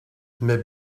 mais